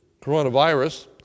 coronavirus